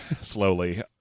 slowly